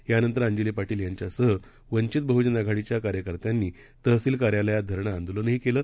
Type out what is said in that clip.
यानंतरअंजलीपाटीलयांच्यासहवंचितबहुजनआघाडीच्याकार्यकर्त्यांनीतहसीलकार्यालयातधरणंआंदोलनहीकेलं